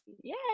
yay